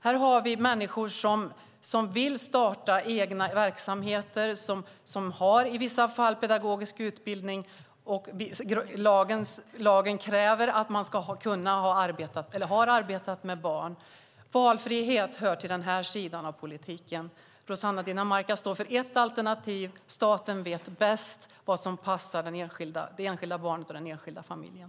Här har vi människor som vill starta verksamheter och som i vissa fall har pedagogisk utbildning, och lagen kräver att man har arbetat med barn. Valfrihet hör till den här sidan av politiken. Rosanna Dinamarca står för ett alternativ: Staten vet bäst vad som passar det enskilda barnet och den enskilda familjen.